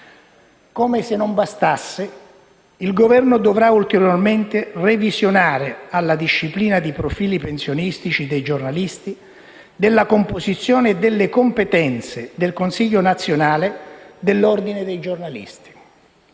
Come se non bastasse, il Governo dovrà ulteriormente revisionare la disciplina dei profili pensionistici dei giornalisti, della composizione e delle competenze del Consiglio nazionale dell'Ordine dei giornalisti.